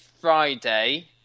Friday